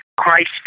Christ